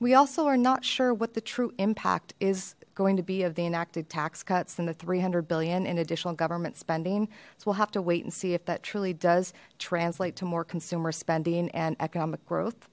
we also are not sure what the true impact is going to be of the enacted tax cuts and the three hundred billion in additional government spending so we'll have to wait and see if that truly does translate to more consumer spending and economic growth